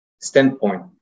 standpoint